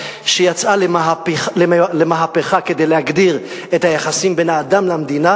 שיצאה למהפכה כדי להגדיר את היחסים בין האדם למדינה,